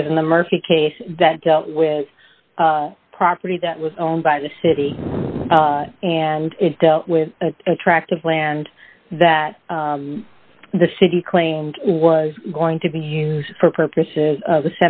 because in the murphy case that dealt with a property that was owned by the city and it dealt with a tract of land that the city claimed was going to be used for purposes of the